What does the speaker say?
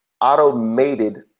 automated